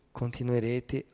continuerete